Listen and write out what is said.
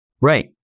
Right